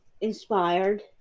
inspired